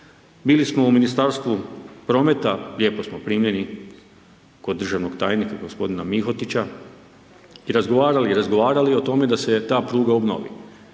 Bili smo u Ministarstvu prometa, lijepo smo primljeni kod državnog tajnika gospodina Mihotića i razgovarali i razgovarali o tome da se ta pruga obnovi.